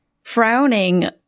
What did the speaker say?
frowning